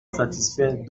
satisfait